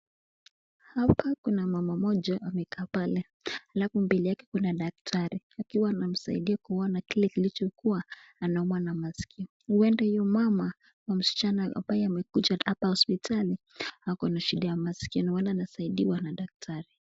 Hapa kuna mama mmoja amekaa pale. Alafu mbele yake kuna dakitari akiwa anamsaidia kuona kile kilichokua anaumwa na maskio, huenda huyu mama na msichana ambayo amekuja hapa kwa hosipitali ako na shida ya masikio, naona anasaidiwa na daktari.